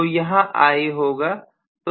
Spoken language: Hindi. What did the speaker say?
तो यहां I होगा